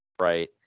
Right